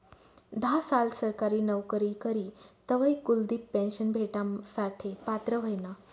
धा साल सरकारी नवकरी करी तवय कुलदिप पेन्शन भेटासाठे पात्र व्हयना